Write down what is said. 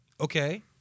Okay